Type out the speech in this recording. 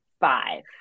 five